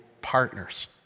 partners